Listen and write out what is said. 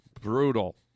brutal